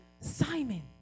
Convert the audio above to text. Simon